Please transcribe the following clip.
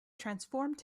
transformed